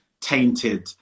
tainted